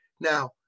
now